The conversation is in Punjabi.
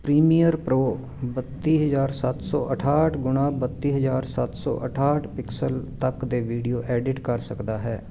ਪ੍ਰੀਮੀਅਰ ਪ੍ਰੋ ਬੱਤੀ ਹਜ਼ਾਰ ਸੱਤ ਸੌ ਅਠਾਹਟ ਗੁਣਾ ਬੱਤੀ ਹਜ਼ਾਰ ਸੱਤ ਸੌ ਅਠਾਹਟ ਪਿਕਸਲ ਤੱਕ ਦੇ ਵੀਡੀਓ ਐਡਿਟ ਕਰ ਸਕਦਾ ਹੈ